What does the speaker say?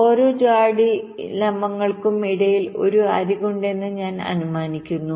ഓരോ ജോഡി ലംബങ്ങൾക്കും ഇടയിൽ ഒരു അരികുണ്ടെന്ന് ഞാൻ അനുമാനിക്കുന്നു